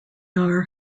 are